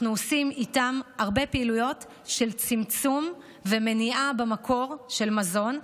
אנחנו עושים איתם הרבה פעילויות של צמצום ומניעה במקור של מזון.